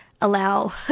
allow